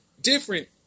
different